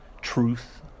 truth